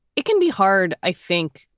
it can be hard, i think,